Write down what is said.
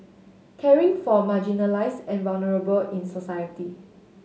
caring for marginalised and vulnerable in society